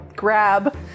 grab